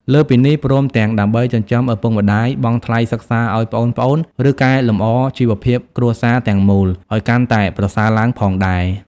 លើសពីនេះ ព្រមទាំងដើម្បីចិញ្ចឹមឪពុកម្តាយ បង់ថ្លៃសិក្សាឱ្យប្អូនៗ ឬកែលម្អជីវភាពគ្រួសារទាំងមូលឱ្យកាន់តែប្រសើរឡើងផងដែរ។